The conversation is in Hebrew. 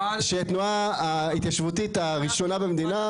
שתנועה התיישבותית הראשונה במדינה,